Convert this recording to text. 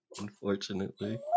unfortunately